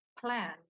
plan